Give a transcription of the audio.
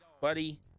Buddy